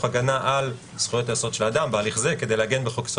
הגנה על זכויות היסוד של האדם בהליך זה כדי להגן בחוק-יסוד